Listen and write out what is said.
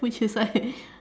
which is like